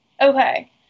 Okay